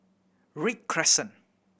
Read Crescent